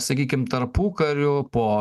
sakykim tarpukariu po